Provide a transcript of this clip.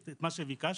שביקשתי.